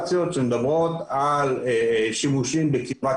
הסדרה במקום של מבנים קיימים.